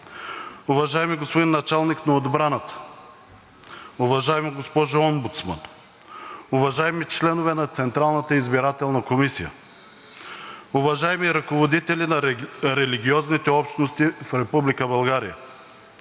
уважаеми господин Началник на отбраната, уважаема госпожо Омбудсман, уважаеми членове на Централната избирателна комисия, уважаеми ръководители на религиозните общности в Република България,